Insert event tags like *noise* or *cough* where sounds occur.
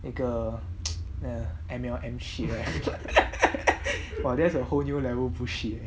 那个 err M_L_M shit ah *laughs* !wah! that's the a whole new level bullshit